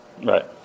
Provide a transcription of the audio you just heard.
Right